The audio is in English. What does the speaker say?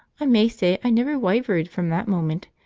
i may say i never wyvered from that moment,